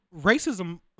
racism